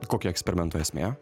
kokia eksperimento esmė